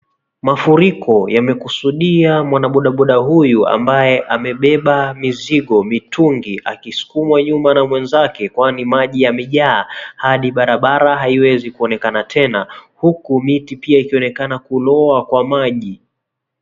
Mafuriko yamekusudia mwanabodaboda huyu ambaye amebeba mizigo, mitungi akisukumwa nyuma na mwenzake kwani maji yamejaa hadi barabara haiwezi kuonekana tena huku miti pia ikionekana kuloa kwa maji.